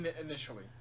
initially